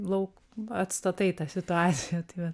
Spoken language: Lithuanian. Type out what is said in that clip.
lauk atstatai tą situaciją tai va